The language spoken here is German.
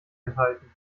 enthalten